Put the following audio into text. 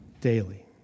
Daily